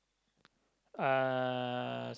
uh